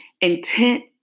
intent